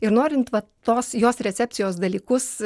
ir norint vat tos jos recepcijos dalykus